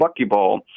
buckyball